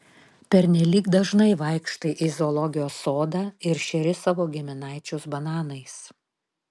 pernelyg dažnai vaikštai į zoologijos sodą ir šeri savo giminaičius bananais